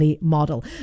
model